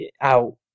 out